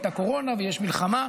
הייתה קורונה ויש מלחמה.